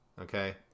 Okay